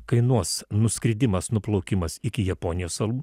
kainuos nuskridimas nuplaukimas iki japonijos salų